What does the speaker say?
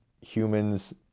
humans